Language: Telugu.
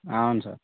అవును సార్